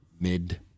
mid